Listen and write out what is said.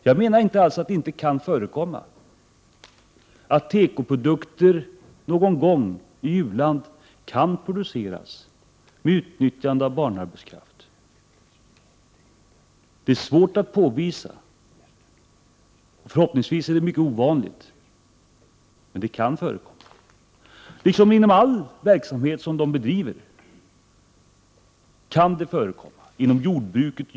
Jag menar inte alls att det inte kan förekomma att tekoprodukter någon gång i u-land kan produceras med utnyttjande av barnarbetskraft. Det är svårt att påvisa. Förhoppingsvis är det mycket ovanligt, men det kan förekomma här liksom inom all verksamhet som u-länderna bedriver, inte minst inom jordbruket.